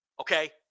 Okay